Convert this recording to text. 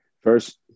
First